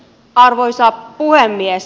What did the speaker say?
arvoisa puhemies